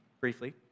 briefly